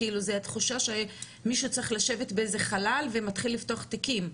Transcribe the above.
זה התחושה שמישהו צריך לשבת באיזה שהוא חלל וצריך לפתוח תיקים.